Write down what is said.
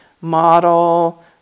model